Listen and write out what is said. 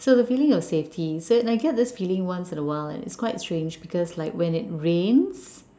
so the feeling of safety so I get this feeling once in a while it's quite strange because when it rains